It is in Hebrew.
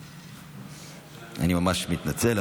אני ממש מתנצל,